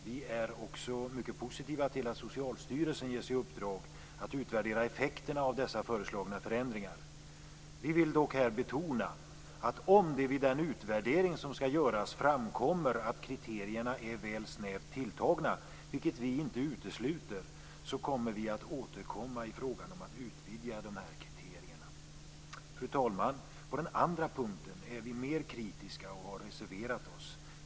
Vi är också mycket positiva till att Socialstyrelsen ges i uppdrag att utvärdera effekterna av dessa föreslagna förändringar. Vi vill dock betona att om det vid den utvärdering som skall göras framkommer att kriterierna är väl snävt tilltagna, vilket vi inte utesluter, kommer vi att återkomma i frågan om att utvidga kriterierna. Fru talman! På den andra punkten är vi mer kritiska och har reserverat oss.